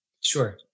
sure